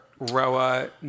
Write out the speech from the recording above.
Roa